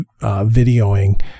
videoing